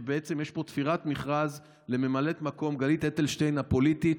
שבעצם יש פה תפירת מכרז לממלאת מקום גלית אלטשטיין הפוליטית,